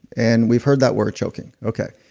and we've heard that work choking okay.